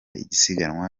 isiganwa